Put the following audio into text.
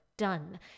Done